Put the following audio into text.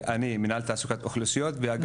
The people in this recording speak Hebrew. אני - מנהל תעסוקת אוכלוסיות.